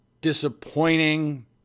disappointing